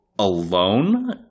Alone